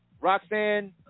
Roxanne